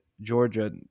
Georgia